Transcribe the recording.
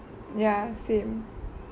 ya same